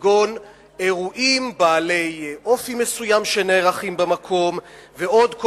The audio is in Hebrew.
כגון אירועים בעלי אופי מסוים שנערכים במקום ועוד כל